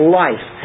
life